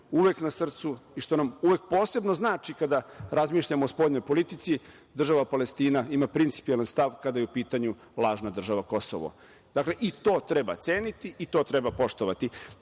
uvek na srcu i što nam uvek posebno znači kada razmišljamo o spoljnoj politici, država Palestina ima principijelan stav kada je u pitanju lažna država „Kosovo“.Dakle, i to treba ceniti i to treba poštovati.